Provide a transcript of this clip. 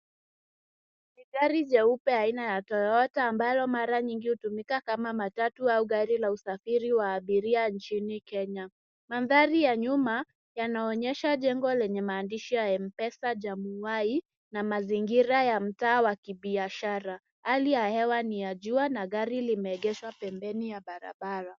Ni gari jeupe aina ya Toyota ambayo mara nyingi hutumika kama matatu au gari la usafiri wa abiria nchini Kenya. Mandhari ya nyuma yanaonyesha jengo lenye maandishi ya M-pesa Januwai na mazingira ya mtaa wa kibiashara. Hali ya hewa ni ya jua na gari limeegeshwa pembeni ya barabara.